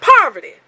poverty